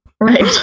Right